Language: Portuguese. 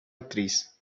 atriz